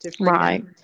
right